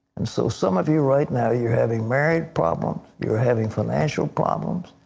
and so some of you right now, you are having marriage problems, you are having financial problems.